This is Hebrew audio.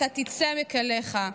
אתה תצא מכליך.